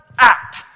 act